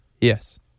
Yes